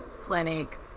clinic